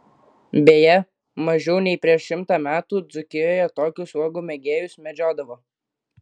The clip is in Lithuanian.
beje mažiau nei prieš šimtą metų dzūkijoje tokius uogų mėgėjus medžiodavo